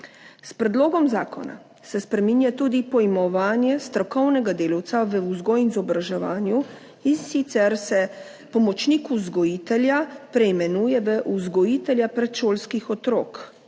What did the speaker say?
S predlogom zakona se spreminja tudi pojmovanje strokovnega delavca v vzgoji in izobraževanju, in sicer se pomočnik vzgojitelja preimenuje v vzgojitelja predšolskih otrok,